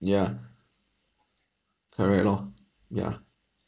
mm yeah correct lor yeah